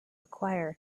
acquire